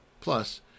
Plus